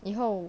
以后